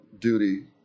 duty